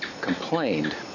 complained